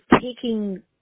taking